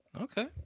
Okay